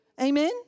Amen